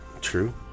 True